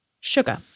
Sugar